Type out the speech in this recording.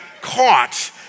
caught